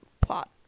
plot